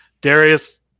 darius